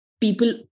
people